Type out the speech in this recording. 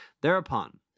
Thereupon